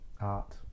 art